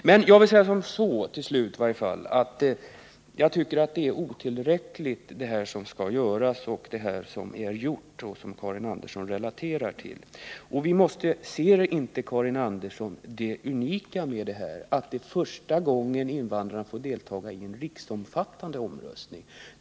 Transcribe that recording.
Till sist vill jag säga att jag inte tycker att det som Karin Andersson relaterar till när det gäller vad som skall göras och vad som är gjort är tillräckligt. Ser inte Karin Andersson det unika i att det är första gången som invandrarna har fått delta i en riksomfattande omröstning?